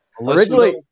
Originally